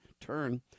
turn